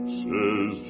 says